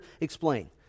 explain